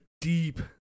deep